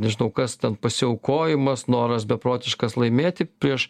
nežinau kas ten pasiaukojimas noras beprotiškas laimėti prieš